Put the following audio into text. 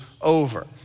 over